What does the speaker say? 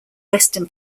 western